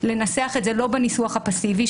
לנסח את זה לא בניסוח הפסיבי,